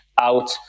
out